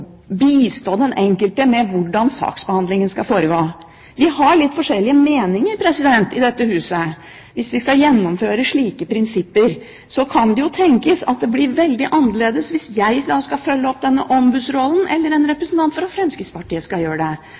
bistå den enkelte i saksbehandlingen. Vi har litt forskjellige meninger i dette huset. Skal vi gjennomføre slike prinsipper, kan det jo tenkes at det blir veldig annerledes hvis jeg skal følge opp denne ombudsrollen, enn om en representant for Fremskrittspartiet skal gjøre det.